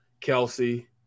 Kelsey